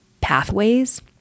pathways